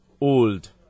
old